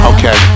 Okay